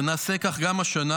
ונעשה כך גם השנה.